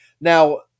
Now